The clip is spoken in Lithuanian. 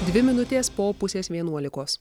dvi minutės po pusės vienuolikos